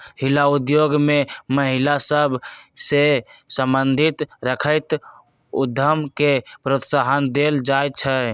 हिला उद्योग में महिला सभ सए संबंध रखैत उद्यम के प्रोत्साहन देल जाइ छइ